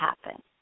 happen